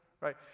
right